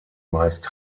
meist